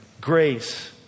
grace